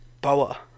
Boa